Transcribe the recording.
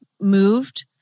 moved